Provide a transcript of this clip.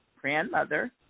grandmother